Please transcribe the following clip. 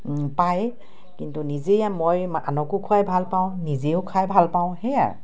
পায় কিন্তু নিজে মই আনকো খুৱাই ভাল পাওঁ নিজেও খাই ভাল পাওঁ সেয়াই